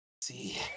See